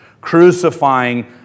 crucifying